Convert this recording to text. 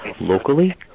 locally